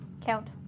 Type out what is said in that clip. Count